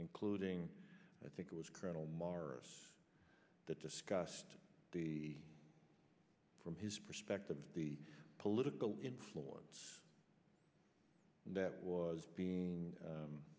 including i think it was colonel maurice that discussed the from his perspective the political influence that was being